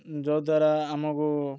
ଯଦ୍ୱାରା ଆମକୁ